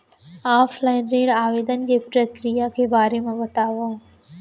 Offline ऋण आवेदन के प्रक्रिया के बारे म बतावव?